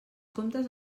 comptes